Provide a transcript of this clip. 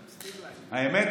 האמת,